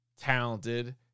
talented